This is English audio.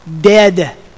dead